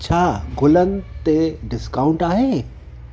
छा गुलन ते डिस्काउंट आहे